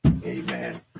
Amen